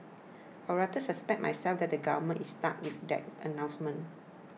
I rather suspect myself that the government is stuck with that announcement